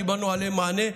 קיבלנו עליהם מענה,